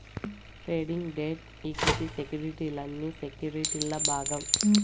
trading, debt, equity సెక్యుర్టీలన్నీ సెక్యుర్టీల్ల భాగం